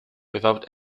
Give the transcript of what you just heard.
without